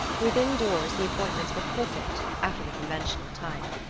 within doors the appointments were perfect after the conventional type.